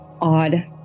odd